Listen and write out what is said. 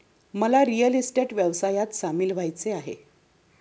मला real estate व्यवसायात सामील व्हायचे आहे